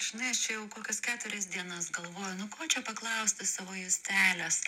žinai aš čia jau kokias keturias dienas galvoju nu ko čia paklausti savo justelės